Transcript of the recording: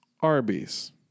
Arby's